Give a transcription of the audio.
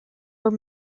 were